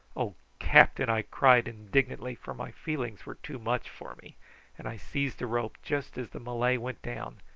oh, captain! i cried indignantly, for my feelings were too much for me and i seized a rope just as the malay went down,